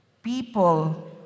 People